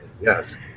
Yes